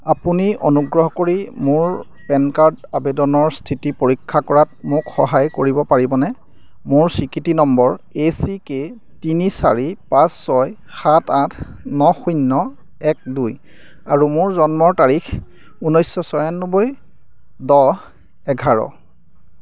আপুনি অনুগ্ৰহ কৰি মোৰ পেন কাৰ্ড আবেদনৰ স্থিতি পৰীক্ষা কৰাত মোক সহায় কৰিব পাৰিবনে মোৰ স্বীকৃতি নম্বৰ এ চি কে তিনি চাৰি পাঁচ ছয় সাত আঠ ন শূন্য এক দুই আৰু মোৰ জন্মৰ তাৰিখ ঊনৈছশ ছয়ানব্বৈ দহ এঘাৰ